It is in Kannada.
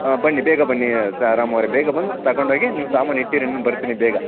ಹಾಂ ಬನ್ನಿ ಬೇಗ ಬನ್ನಿ ರಾಮು ಅವರೇ ಬೇಗ ಬಂದು ತಗಂಡು ಹೋಗಿ ನೀವು ಸಾಮಾನು ಇಟ್ಟಿರಿ ನಾನು ಬರ್ತಿನಿ ಬೇಗ